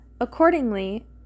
Accordingly